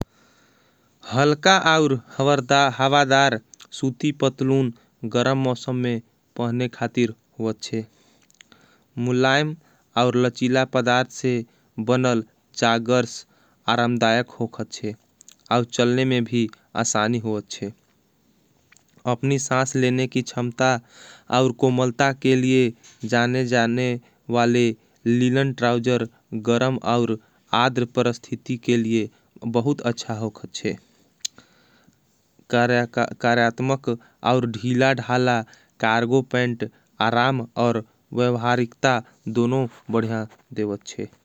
हलका और हवादार सूती पतलून गरम मौसम में पहने खातिर होगछे। मुलायम और लचीला पदार्च से बनल चागर्ष आरमदायक होगछे। आउ चलने में भी असानी होगछे अपनी सांस लेने की छमता। और कोमलता के लिए जाने जाने वाले लिलन ट्राउजर गरम। और आद्र परस्थिती के लिए बहुत अच्छा होगछे कर्यात्मक और। धीला धाला कार्गो पेंट आराम और वेवहारिकता दोनों बढ़िया देवत छे।